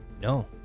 no